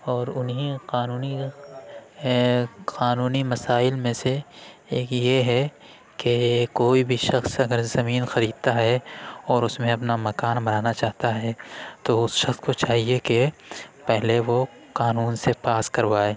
اور انہیں قانونی قانونی مسائل میں سے ایک یہ ہے کہ کوئی بھی شخص اگر زمین خریدتا ہے اور اس میں اپنا مکان بنانا چاہتا ہے تو اس شخص کو چاہیے کہ پہلے وہ قانون سے پاس کروائے